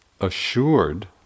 assured